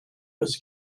was